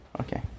Okay